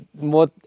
more